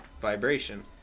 vibration